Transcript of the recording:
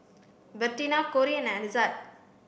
Bertina Cori and Ezzard